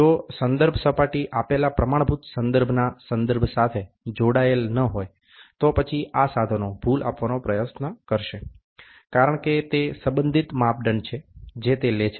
જો સંદર્ભ સપાટી આપેલા પ્રમાણભૂત સંદર્ભના સંદર્ભ સાથે જોડાયેલ ન હોય તો પછી આ સાધનો ભૂલ આપવાનો પ્રયાસ કરશે કારણ કે તે સંબંધિત માપદંડ છે જે તે લે છે